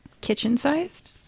kitchen-sized